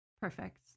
perfect